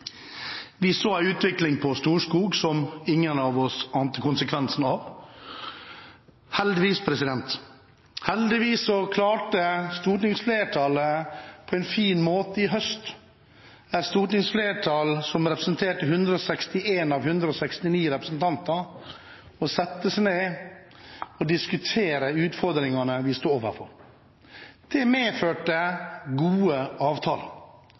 Vi så en utvikling på Storskog som ingen av oss ante konsekvensene av. Heldigvis klarte stortingsflertallet på en fin måte i høst – et stortingsflertall som representerte 161 av 169 representanter – å sette seg ned og diskutere utfordringene vi sto overfor. Det medførte gode avtaler.